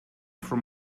from